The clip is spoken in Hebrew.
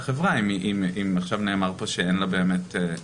חברה אם עכשיו נאמר פה שהיא לא באמת